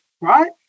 right